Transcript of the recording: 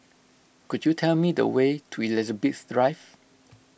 could you tell me the way to Elizabeth Drive